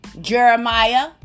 Jeremiah